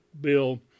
bill